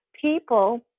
people